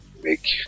make